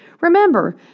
Remember